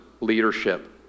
leadership